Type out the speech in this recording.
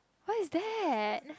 what's that